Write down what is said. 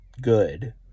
good